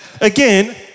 Again